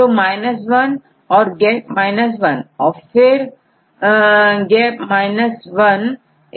तो 1 और GAP one और फिरGAP 1